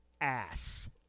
ass